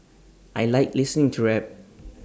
I Like listening to rap